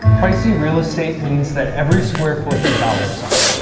pricey real estate means that every square foot's a dollar sign,